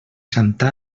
santa